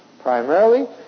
Primarily